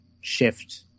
shift